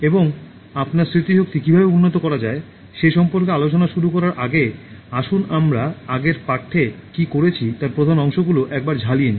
এবং আপনার স্মৃতিশক্তি কীভাবে উন্নত করা যায় সে সম্পর্কে আলোচনা শুরু করার আগে আসুন আমরা আগের পাঠ্যে কী করেছি তার প্রধান অংশগুলো একবার ঝালিয়ে নেই